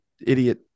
idiot